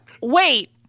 Wait